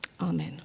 amen